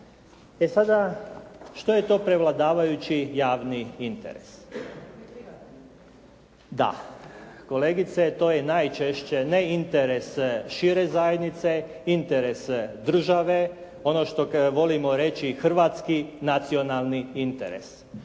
E sada, što je to prevladavajući javni interes? …/Upadica se ne čuje./… Da, kolegice to je najčešće ne interes šire zajednice, interes države, ono što volimo reći hrvatski nacionalni interes.